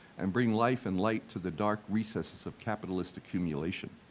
and bring life and light to the dark recesses of capitalist accumulation.